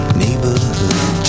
neighborhood